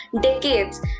decades